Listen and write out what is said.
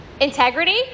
Integrity